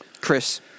Chris